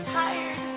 tired